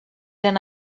eren